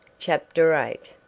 chapter i